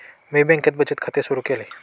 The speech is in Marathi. मी बँकेत बचत खाते सुरु केले